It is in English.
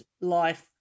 life